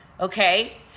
okay